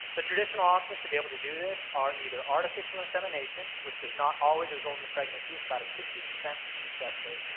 the traditional options to be able to do this are either artificial insemination which does not always result in a pregnancy. it's about a sixty percent success rate.